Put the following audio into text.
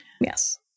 yes